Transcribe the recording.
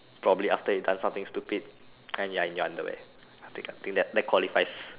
probably after you done something stupid and you are in your underwear think that qualifies